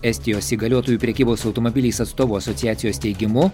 estijos įgaliotojų prekybos automobiliais atstovų asociacijos teigimu